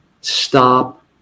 stop